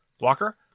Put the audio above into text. Walker